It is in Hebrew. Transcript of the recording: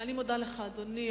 אני מודה לך, אדוני.